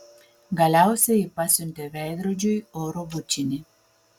galiausiai ji pasiuntė veidrodžiui oro bučinį